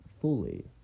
fully